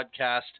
podcast